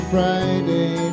Friday